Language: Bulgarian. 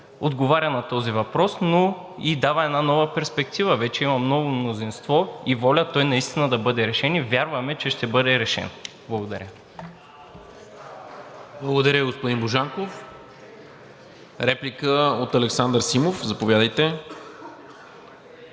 отговаря на този въпрос, но и дава една нова перспектива – вече има ново мнозинство и воля той наистина да бъде решен и вярваме, че ще бъде решен. Благодаря. ПРЕДСЕДАТЕЛ НИКОЛА МИНЧЕВ: Благодаря, господин Божанков. Реплика от Александър Симов – заповядайте.